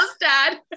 dad